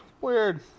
Weird